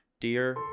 Dear